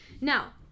Now